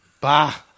Bah